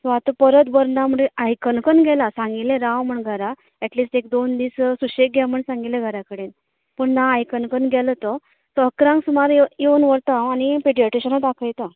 so आतां परत बरो ना म्हळ्यार आयकना हेका लागून गेला सांगिल्लें राव म्हण घरा एटलिस्ट एक दोन दीस सुशेग घे म्हण सांगिल्लें घरा कडेन पूण ना आयकन गेलो तो सो अकरांक सुमार येवन वतां हांव आनी पिडीयट्रेशनाक दाखयता